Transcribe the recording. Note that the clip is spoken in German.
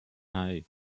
hei